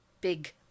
big